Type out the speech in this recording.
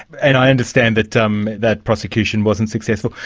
and i understand that um that prosecution wasn't successful.